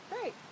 Great